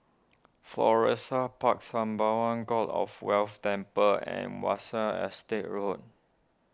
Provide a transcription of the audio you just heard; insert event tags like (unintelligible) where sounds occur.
Florissa Park Sembawang God of Wealth Temple and (unintelligible) Estate Road